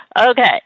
Okay